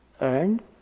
earned